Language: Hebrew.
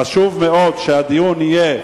חשוב מאוד שהדיון יהיה